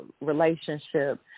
relationship